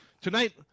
tonight